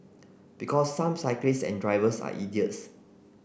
because some cyclists and drivers are idiots